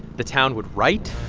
the town would write,